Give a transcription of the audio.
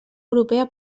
europea